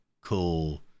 cool